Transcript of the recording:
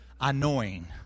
annoying